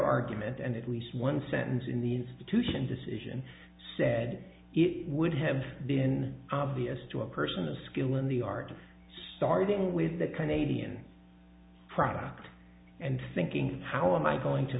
argument and at least one sentence in the institution decision said it would have been obvious to a person of skill in the art of starting with the canadian product and thinking how am i going to